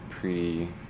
pre